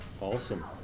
Awesome